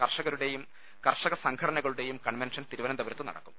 കർഷകരുടേയും കർഷക സംഘടനകളുടേയും കൺവെൻഷൻ തിരുവനന്തപുരത്ത് നടത്തും